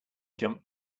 jump